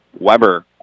Weber